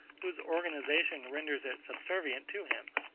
whose organisation renders it subservient to him.